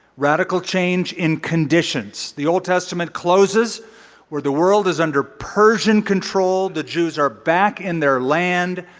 radical change in conditions. the old testament closes where the world is under persian control, the jews are back in their land,